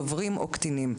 דוברים או קטינים.